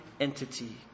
entity